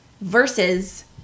versus